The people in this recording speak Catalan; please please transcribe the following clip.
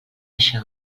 això